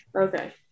Okay